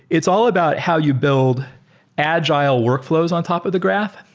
it's all about how you build agile workflows on top of the graph.